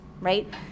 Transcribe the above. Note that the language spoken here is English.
right